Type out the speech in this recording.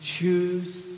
choose